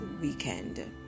weekend